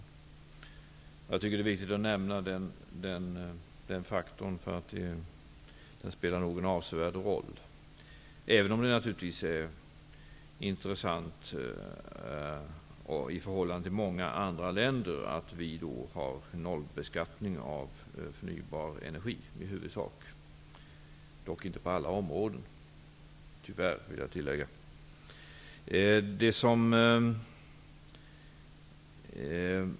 Jag tycker att det är viktigt att nämna den faktorn, för den spelar nog en avsevärd roll, även om det naturligtvis är intressant att vi till skillnad från många andra länder har en nollbeskattning av förnyelsebar energi -- tyvärr dock inte på alla områden, vill jag tillägga.